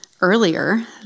earlier